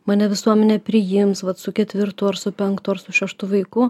mane visuomenė priims vat su ketvirtu ar su penktu ar su šeštu vaiku